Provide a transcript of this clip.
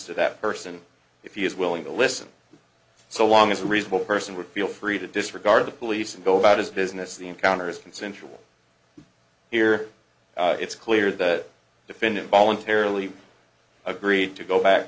to that person if he is willing to listen so long as a reasonable person would feel free to disregard the police and go about his business the encounters consensual here it's clear the defendant voluntarily agreed to go back